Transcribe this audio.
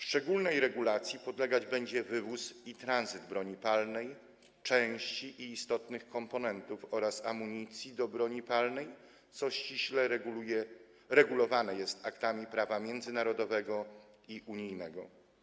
Szczególnej regulacji podlegać będzie wywóz i tranzyt broni palnej, części i istotnych komponentów oraz amunicji do broni palnej, co ściśle regulowane jest aktami prawa międzynarodowego i unijnego.